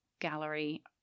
gallery